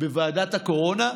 בוועדת הקורונה,